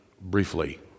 briefly